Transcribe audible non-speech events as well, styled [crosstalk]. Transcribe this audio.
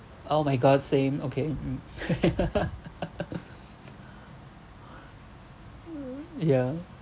oh my god same okay mm [laughs] yeah